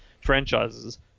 franchises